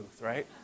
right